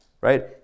right